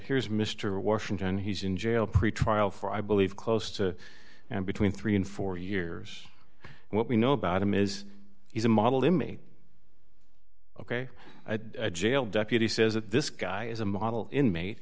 here's mr washington he's in jail pretrial for i believe close to and between three and four years and what we know about him is he's a model to me ok jail deputy says that this guy is a model inmate